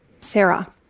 Sarah